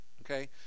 okay